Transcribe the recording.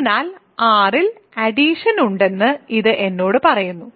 അതിനാൽ R ഇൽ addition ഉണ്ടെന്ന് ഇത് എന്നോട് പറയുന്നു